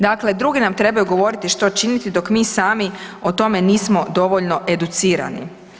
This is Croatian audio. Dakle, drugi nam trebaju govoriti što činiti dok mi sami o tome nismo dovoljno educirani.